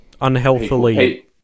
Unhealthily